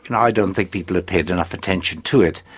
and i don't think people had paid enough attention to it.